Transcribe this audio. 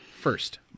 first